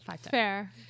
fair